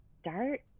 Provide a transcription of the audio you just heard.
start